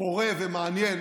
פורה ומעניין